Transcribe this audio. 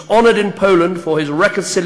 ובמדינתו מצד מנהיגיה של בריטניה.